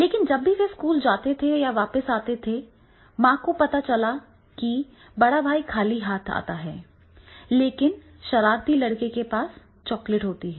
लेकिन जब भी वे स्कूल जा रहे थे या वापस आ रहे थे माँ को पता चला कि बड़ा भाई खाली हाथ है लेकिन शरारती लड़के के पास चॉकलेट है